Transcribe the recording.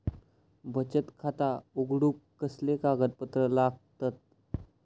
बचत खाता उघडूक कसले कागदपत्र लागतत?